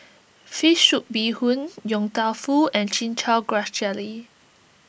Fish Soup Bee Hoon Yong Tau Foo and Chin Chow Grass Jelly